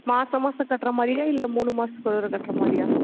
மாதம் மாதம் கட்டுற மாதிரியா இல்லை மூணு மாதத்துக்கு ஒரு தடவை கட்டுற மாதிரியா